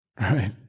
right